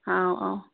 ꯍꯥꯎ ꯑꯥꯎ